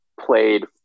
played